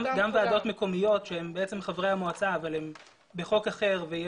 גם ועדות מקומיות שהן בעצם מורכבות מחברי המועצה אבל הן בחוק אחר.